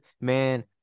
Man